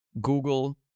Google